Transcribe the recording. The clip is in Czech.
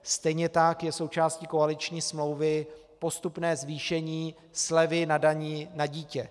Stejně tak je součástí koaliční smlouvy postupné zvýšení slevy na dani na dítě.